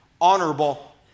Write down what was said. honorable